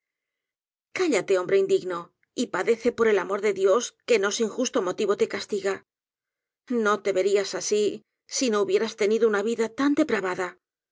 cállate hombre indigno y padece por el amor de dios que no sin justo motivo te castiga no te verías así si no hubieras tenido una vida tan depravada